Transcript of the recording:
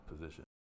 position